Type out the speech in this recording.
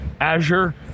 Azure